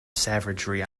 savagery